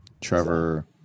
Trevor